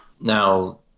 Now